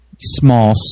small